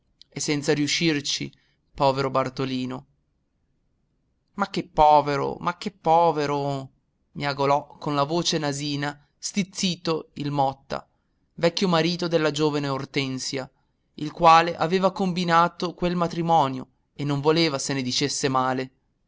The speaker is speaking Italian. e senza riuscirci povero bartolino ma che povero ma perché povero miagolò con la voce nasina stizzito il motta vecchio marito della giovine ortensia il quale aveva combinato quel matrimonio e non voleva se ne dicesse male